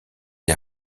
des